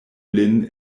lin